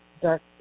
Dark